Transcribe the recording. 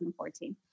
2014